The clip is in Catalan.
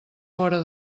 fora